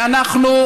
ואנחנו,